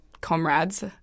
comrades